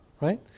right